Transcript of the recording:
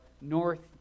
north